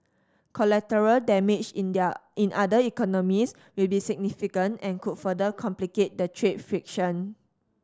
collateral damage in their in other economies will be significant and could further complicate the trade friction